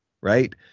right